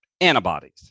antibodies